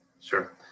Sure